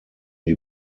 die